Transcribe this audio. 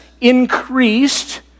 increased